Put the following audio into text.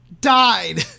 died